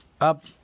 up